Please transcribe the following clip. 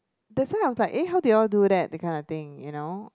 that's why I was like eh how did you all do that that kind of thing you know